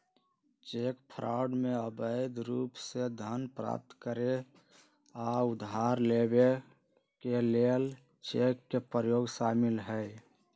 cheque fraud में अवैध रूप से धन प्राप्त करे आऽ उधार लेबऐ के लेल चेक के प्रयोग शामिल हइ